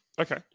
Okay